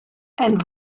and